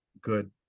good